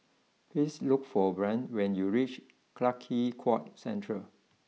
please look for Bryn when you reach Clarke Quay Central